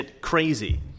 crazy